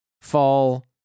fall